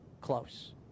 close